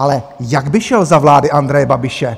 Ale jak by šel za vlády Andreje Babiše?